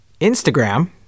instagram